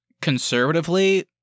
conservatively